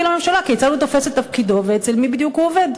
לממשלה כיצד הוא תופס את תפקידו ואצל מי בדיוק הוא עובד.